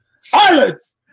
Silence